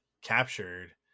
captured